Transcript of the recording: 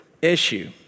issue